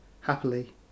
happily